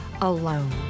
alone